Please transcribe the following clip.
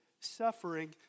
suffering